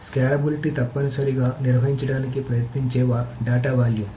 scalability తప్పనిసరిగా నిర్వహించడానికి ప్రయత్నించే డేటా వాల్యూమ్